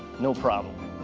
no problem.